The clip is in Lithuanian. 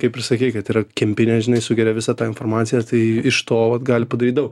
kaip ir sakei kad yra kempinė žinai sugeria visą tą informaciją tai iš to vat gali padaryt daug